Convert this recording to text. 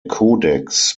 kodex